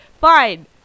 Fine